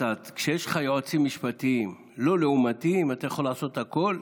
כשיש לך יועצים משפטיים לא לעומתיים אתה יכול לעשות הכול.